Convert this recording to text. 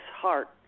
heart